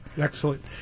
Excellent